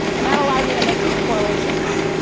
and that allowed me to make some correlations.